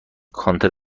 کانتر